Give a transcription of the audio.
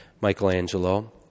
Michelangelo